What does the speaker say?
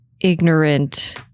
ignorant